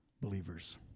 believers